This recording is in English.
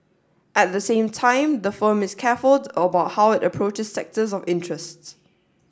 at the same time the firm is careful about how it approaches sectors of interests